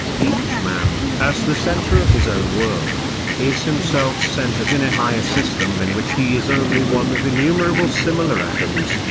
each man, as the centre of his own world, is himself centred in a higher system in which he is only one of innumerable similar atoms,